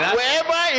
wherever